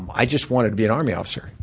i just wanted to be an army officer,